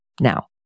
Now